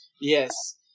Yes